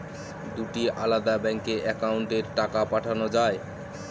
দুটি আলাদা ব্যাংকে অ্যাকাউন্টের টাকা পাঠানো য়ায়?